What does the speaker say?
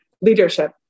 leadership